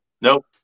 nope